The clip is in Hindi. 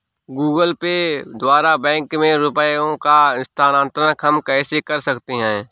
गूगल पे द्वारा बैंक में रुपयों का स्थानांतरण हम कैसे कर सकते हैं?